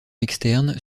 externe